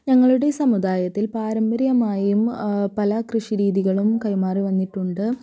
ഞങ്ങളുടെ സമുദായത്തിൽ പാരമ്പര്യമായും പല കൃഷിരീതികളും കൈമാറി വന്നിട്ടുണ്ട്